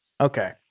Okay